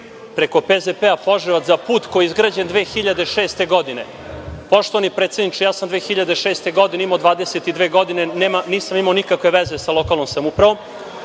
preko PZP Požarevac za put koji je izgrađen 2006. godine. Poštovani predsedniče, ja sam 2006. godine imao 22. godine, nisam imao nikakve veze sa lokalnom samoupravom. Rekli